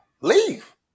Leave